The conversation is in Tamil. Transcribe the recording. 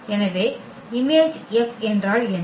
எனவே Im F என்றால் என்ன